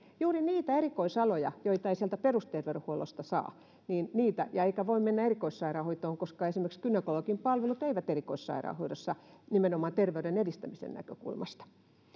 juuri niitä erikoisaloja joita ei sieltä perusterveydenhuollosta saa niin niitä eikä voi mennä erikoissairaanhoitoon koska esimerkiksi gynekologin palvelut eivät ole saatavilla erikoissairaanhoidossa nimenomaan terveyden edistämisen näkökulmasta